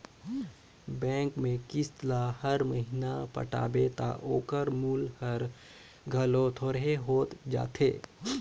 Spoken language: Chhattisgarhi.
बेंक में किस्त ल हर महिना पटाबे ता ओकर मूल हर घलो थोरहें होत जाथे